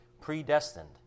predestined